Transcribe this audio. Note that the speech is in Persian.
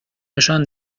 نشان